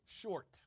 Short